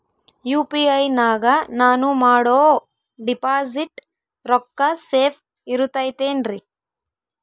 UPI ನಾಗ ನಾನು ಮಾಡೋ ಡಿಪಾಸಿಟ್ ರೊಕ್ಕ ಸೇಫ್ ಇರುತೈತೇನ್ರಿ?